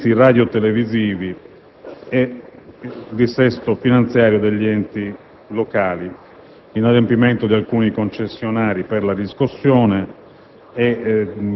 dei servizi radiotelevisivi, del dissesto finanziario degli enti locali, dell'inadempimento di alcuni concessionari per la riscossione